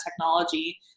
technology